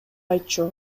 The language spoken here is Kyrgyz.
айтчу